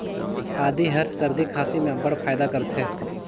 आदी हर सरदी खांसी में अब्बड़ फएदा करथे